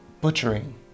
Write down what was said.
butchering